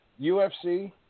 UFC